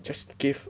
just give